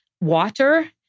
water